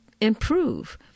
improve